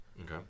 Okay